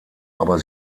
aber